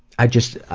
i just,